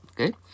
Okay